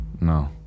No